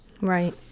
Right